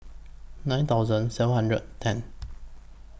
nine thousand seven hundred and ten